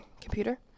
computer